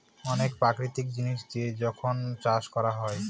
অনেক প্রাকৃতিক জিনিস দিয়ে যখন চাষ করা হয়